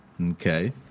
Okay